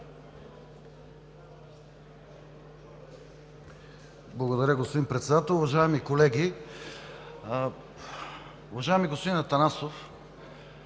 Благодаря, господин Председател. Уважаеми колеги! Уважаеми господин Атанасов,